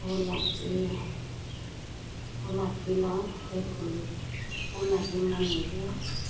ফুল আঁকি ফুল আঁকি লওঁ সেই ফুল ফুল আঁকি মই নিজে